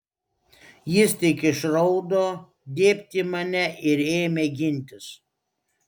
jis tik išraudo dėbt į mane ir ėmė gintis